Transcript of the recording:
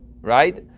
Right